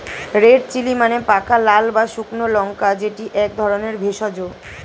red chilli মানে পাকা লাল বা শুকনো লঙ্কা যেটি এক ধরণের ভেষজ